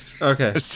Okay